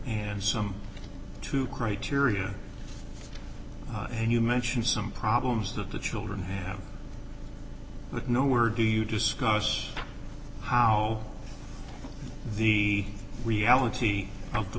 and some two criteria and you mention some problems that the children have but nowhere do you discuss how the reality of the